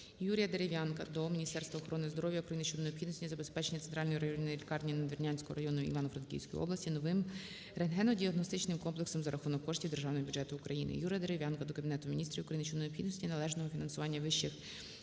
Юрія Дерев'янка до Міністерства охорони здоров'я України щодо необхідності забезпечення Центральної районної лікарніНадвірнянського району Івано-Франківської області новим рентгенодіагностичним комплексом за рахунок коштів Державного бюджету України. Юрія Дерев'янка до Кабінету Міністрів України щодо необхідності належного фінансування вищих